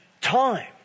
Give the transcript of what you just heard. time